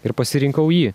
ir pasirinkau jį